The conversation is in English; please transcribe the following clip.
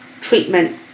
treatment